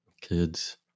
kids